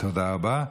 תודה רבה.